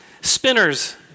spinners